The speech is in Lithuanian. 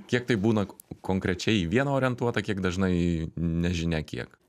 kiek tai būna konkrečiai į vieną orientuota kiek dažnai nežinia kiek